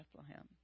Bethlehem